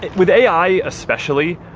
with ai especially,